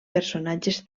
personatges